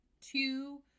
two